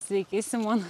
sveiki simona